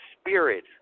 spirit